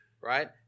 right